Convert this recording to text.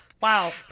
Wow